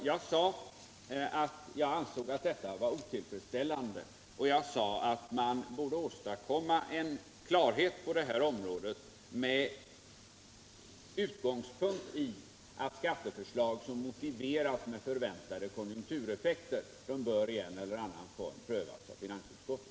Jag sade att jag ansåg att detta var otillfredsställande och jag sade att man borde åstadkomma en klarhet på det här området, med utgångspunkt i att skatteförslag som motiveras av förväntade konjunktureffekter bör i en eller annan form prövas av finansutskottet.